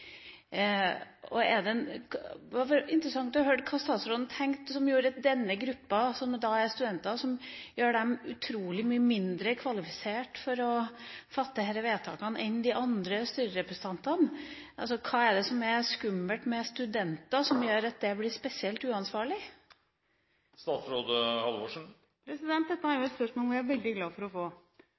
om penger. Det hadde vært interessant å få høre hva statsråden har tenkt, som gjør at denne gruppa, som er studenter, er utrolig mye mindre kvalifisert til å fatte slike vedtak enn det andre styrerepresentanter er. Hva er det som er skummelt med studenter, som gjør at dette blir spesielt uansvarlig? Det er et spørsmål som jeg er veldig glad for å få.